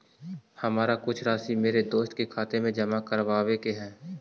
हमारा कुछ राशि मेरे दोस्त के खाते में जमा करावावे के हई